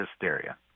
hysteria